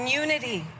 unity